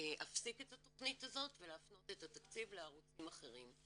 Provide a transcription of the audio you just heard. להפסיק את התכנית הזאת ולהפנות את התקציב לערוצים אחרים.